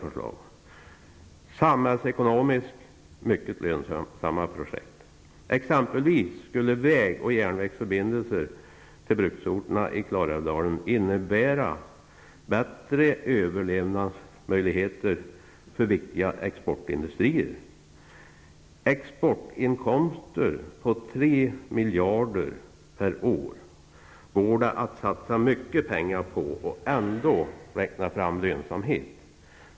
Det är samhällsekonomiskt mycket lönsamma projekt. Exempelvis skulle vägoch järnvägsförbindelser till bruksorterna i Klarälvsdalen innebära bättre överlevnadsmöjligheter för viktiga exportindustrier. För exportinkomster på 3 miljarder per år går det att satsa mycket pengar och ändå räkna fram lönsamhet.